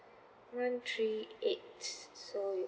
one three eight so